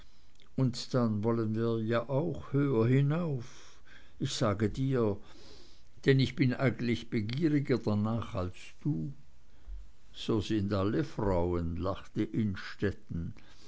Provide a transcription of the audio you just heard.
und dann wollen wir ja auch höher hinauf ich sage wir denn ich bin eigentlich begieriger danach als du so sind alle frauen lachte